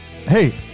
hey